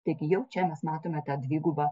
taigi jau čia mes matome tą dvigubą